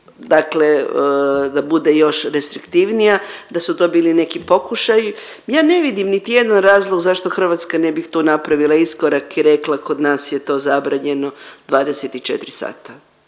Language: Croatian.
učiniti da bude još restriktivnija da su to bili neki pokušaji. Ja ne vidim niti jedan razlog zašto Hrvatska ne bi tu napravila iskorak i rekla kod nas je to zabranjeno 24 sata.